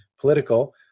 political